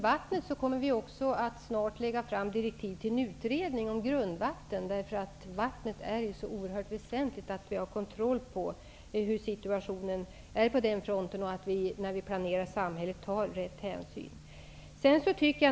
Vi kommer också att snart lägga fram direktiv till en utredning om grundvatten -- det är ju så oerhört väsentligt att vi har kontroll över situationen när det gäller vattnet och att vi tar rätt hänsyn när vi planerar samhället.